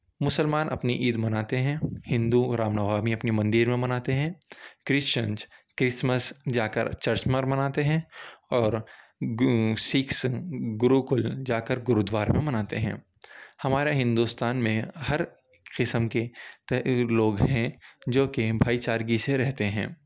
مسلمان اپنی عید مناتے ہیں ہندو رام نوامی اپنی مندر میں مناتے ہیں کرشچنس کرسمس جا کر چرچ مار مناتے ہیں اور سکھس گروکل جا کر گرودوارا میں مناتے ہیں ہمارے ہندوستان میں ہر قسم کے تر لوگ ہیں جو کہ بھائی چارگی سے رہتے ہیں